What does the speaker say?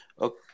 Okay